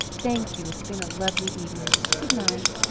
thank you, it's been a lovely evening. goodnight.